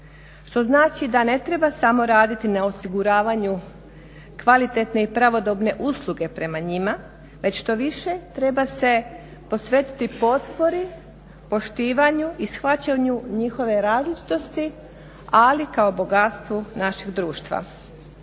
što znači da ne treba samo raditi na osiguravanju kvalitetne i pravodobne usluge prema njima, već štoviše treba se posvetiti potpori, poštivanju i shvaćanju njihove različitosti ali kao bogatstvu našeg društva.